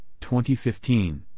2015